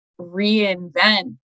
reinvent